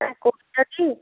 হ্যাঁ দি